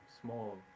small